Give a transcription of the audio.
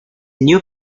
new